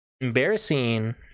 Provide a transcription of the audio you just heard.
Embarrassing